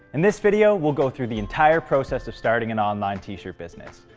in this video, we'll go through the entire process of starting an online t-shirt business.